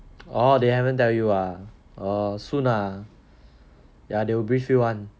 oh they haven't tell you ah oh soon ah ya they will brief you [one]